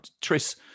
Tris